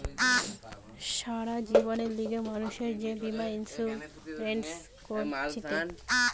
সারা জীবনের লিগে মানুষ যে বীমা ইন্সুরেন্স করতিছে